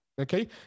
okay